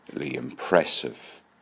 impressive